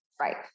Right